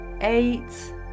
eight